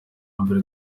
mbere